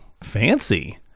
fancy